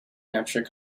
hampshire